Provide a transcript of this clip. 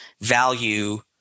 value